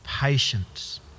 patience